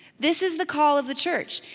this is the call of the church.